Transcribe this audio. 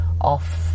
off